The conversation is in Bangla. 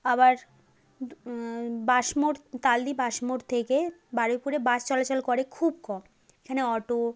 আবার বাস মোড় তালদি বাস মোড় থেকে বারুইপুরে বাস চলাচল করে খুব কম এখানে অটো